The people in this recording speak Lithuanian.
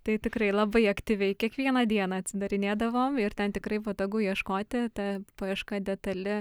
tai tikrai labai aktyviai kiekvieną dieną atsidarinėdavom ir ten tikrai patogu ieškoti ta paieška detali